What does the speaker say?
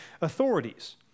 authorities